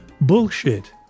bullshit